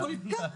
זה כל כך פשוט.